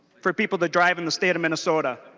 for people that drive in the state of minnesota.